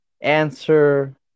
answer